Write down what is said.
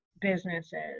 businesses